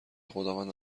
خداوند